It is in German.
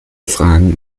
fragen